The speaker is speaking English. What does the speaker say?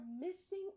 missing